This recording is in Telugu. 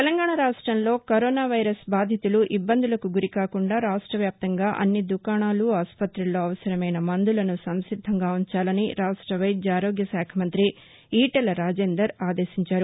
తెలంగాణ రాష్టంలో కరోనా వైరస్ బాధితులు ఇబ్బందులకు గురి కాకుండా రాష్టవ్యాప్తంగా అన్ని దుకాణాలు ఆసుపుతుల్లో ఇందుకు అవసరమైన మందులను సంసిద్దంగా ఉంచాలని రాష్ట వైద్య ఆరోగ్య శాఖ మంత్రి ఈటెల రాజేందర్ ఆదేశించారు